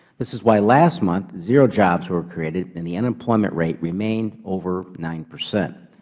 this is why last month zero jobs were created and the unemployment rate remained over nine percent.